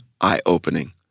eye-opening